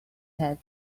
head